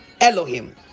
Elohim